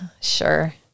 Sure